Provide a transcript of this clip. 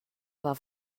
war